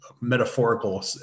metaphorical